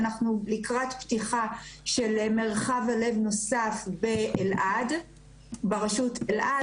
אנחנו לקראת פתיחה של מרחב הלב נוסף ברשות אלעד,